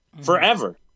forever